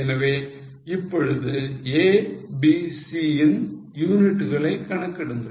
எனவே இப்பொழுது A B C ன் யூனிட்டுகளை கணக்கிடுங்கள்